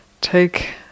take